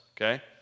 okay